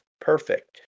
perfect